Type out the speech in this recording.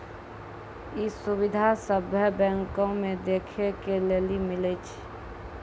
इ सुविधा सभ्भे बैंको मे देखै के लेली मिलै छे